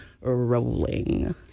rolling